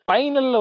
Final